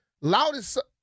loudest